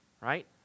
right